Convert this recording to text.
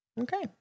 Okay